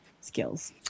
skills